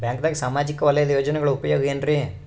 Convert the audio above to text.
ಬ್ಯಾಂಕ್ದಾಗ ಸಾಮಾಜಿಕ ವಲಯದ ಯೋಜನೆಗಳ ಉಪಯೋಗ ಏನ್ರೀ?